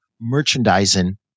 merchandising